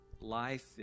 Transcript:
life